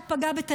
מפציצים אותם.